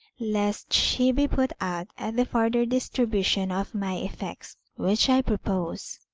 lest she be put out at the further distribution of my effects, which i propose.